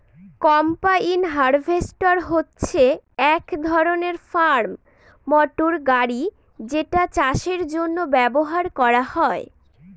combine harvester হচ্ছে এক ধরনের ফার্ম মটর গাড়ি যেটা চাষের জন্য ব্যবহার করা হয়